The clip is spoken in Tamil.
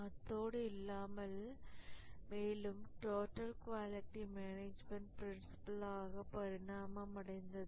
அத்தோடு இல்லாமல் மேலும் டோட்டல் குவாலிட்டி மேனேஜ்மென்ட் ப்ரின்சிபில்லாக பரிணாமம் அடைந்தது